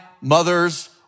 mother's